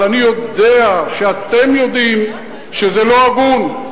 אבל אני יודע שאתם יודעים שזה לא הגון.